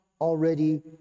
already